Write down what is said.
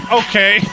okay